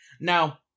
Now